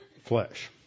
flesh